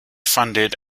funded